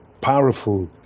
powerful